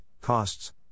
costs